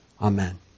Amen